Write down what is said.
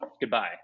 Goodbye